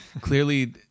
Clearly